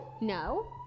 No